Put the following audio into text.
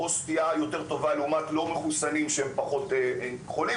או סטייה יותר טובה לעומת לא מחוסנים שהם פחות חולים.